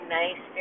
nice